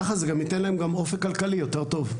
ככה זה גם ייתן להם גם אופק כלכלי יותר טוב.